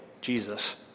Jesus